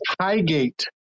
Highgate